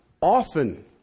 often